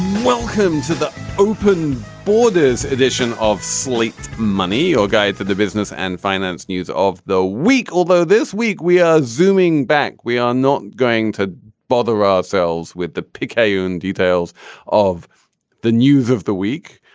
welcome to the open borders edition of slate. money or guide for the business and finance? news of the week. although this week we are zooming back, we are not going to bother ourselves with the picayune. details of the news of the week.